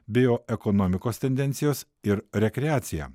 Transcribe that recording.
bioekonomikos tendencijos ir rekreacija